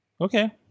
Okay